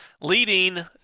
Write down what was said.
leading